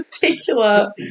particular